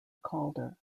calder